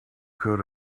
could